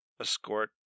escort